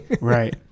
Right